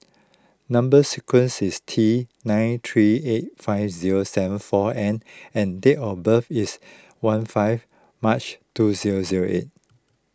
Number Sequence is T nine three eight five zero seven four N and date of birth is one five March two zero zero eight